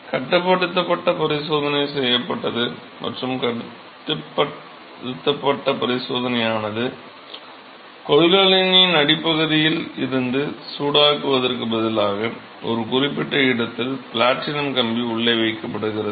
கட்டுப்படுத்தப்பட்ட பரிசோதனை செய்யப்பட்டது மற்றும் கட்டுப்படுத்தப்பட்ட பரிசோதனையானது கொள்கலனின் அடிப்பகுதியில் இருந்து சூடாக்குவதற்குப் பதிலாக ஒரு குறிப்பிட்ட இடத்தில் பிளாட்டினம் கம்பி உள்ளே வைக்கப்படுகிறது